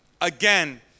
again